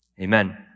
amen